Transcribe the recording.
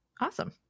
Awesome